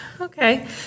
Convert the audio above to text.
Okay